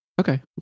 Okay